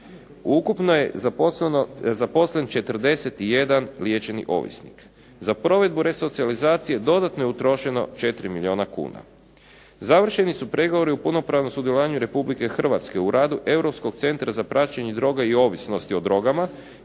Ukupno je zaposleno 41 liječeni ovisnik. Za provedu resocijalizacije dodatno je utrošeno 4 milijuna kuna. Završeni su pregovori u punopravnom sudjelovanju RH u radu Europskog centra za praćenje droga i ovisnosti o drogama,